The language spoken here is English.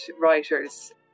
writers